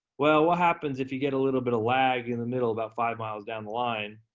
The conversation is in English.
well what happens if you get a little bit of lag in the middle, about five miles down the line,